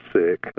sick